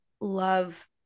love